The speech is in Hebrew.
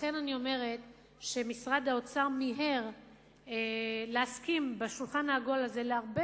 לכן אני אומרת שמשרד האוצר מיהר להסכים בשולחן העגול הזה להרבה